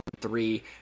three